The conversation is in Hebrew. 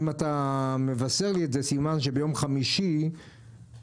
אם אתה מבשר לי את זה סימן שביום חמישי היית